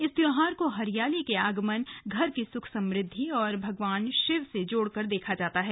इस त्योहार को हरियाली के आगमन घर की सुख समृद्धि और भगवान शिव से जोड़कर देखा जाता है